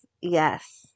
yes